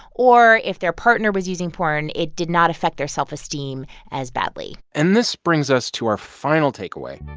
or if their partner was using porn, it did not affect their self-esteem as badly and this brings us to our final takeaway.